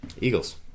Eagles